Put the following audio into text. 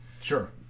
sure